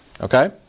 okay